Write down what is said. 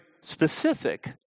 specific